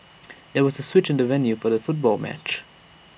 there was A switch in the venue for the football match